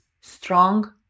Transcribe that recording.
strong